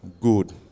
Good